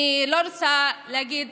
אני לא רוצה להגיד